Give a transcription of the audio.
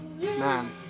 Man